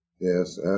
Yes